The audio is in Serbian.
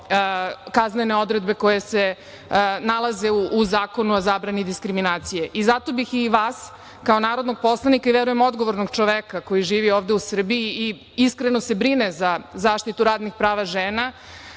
kaznene odredbe koje se nalaze u Zakonu o zabrani diskriminacije. Zato bih i vas kao narodnog poslanika i veoma odgovornog čoveka koji živi ovde u Srbiji i iskreno se brine za zaštitu radnih prava žena